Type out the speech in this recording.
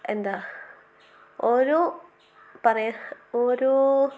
എന്താണ് ഒരോ പറയുക ഒരോ